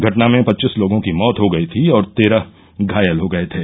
घटना में पच्चीस लोगों की मौत हो गई थी और तेरह घायल हो गए थे